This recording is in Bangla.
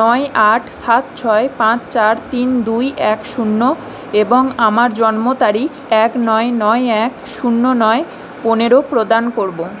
নয় আট সাত ছয় পাঁচ চার তিন দুই এক শূন্য এবং আমার জন্ম তারিখ এক নয় নয় এক শূন্য নয় পনেরো প্রদান করব